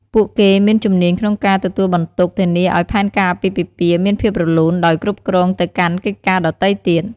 ពួកគេមានជំនាញក្នុងការទទួលបន្ទុក ធានាឲ្យផែនការអាពាហ៍ពិពាហ៍មានភាពរលូន ដោយគ្រប់គ្រងទៅកាន់កិច្ចការដទៃទៀត។